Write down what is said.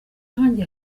nkanjye